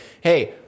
hey